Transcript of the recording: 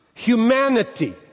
Humanity